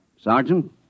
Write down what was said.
Sergeant